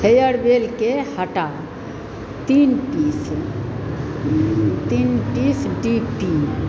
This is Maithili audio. हेयर जेलके हटाउ तीन पीस तीन पीस डि टी